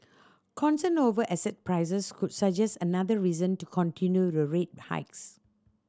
concern over asset prices could suggest another reason to continue rate hikes